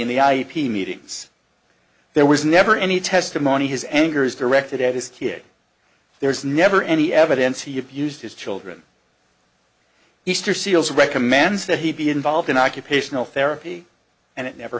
in the ip meetings there was never any testimony his anger is directed at his kid there is never any evidence he abused his children easter seals recommends that he be involved in occupational therapy and it never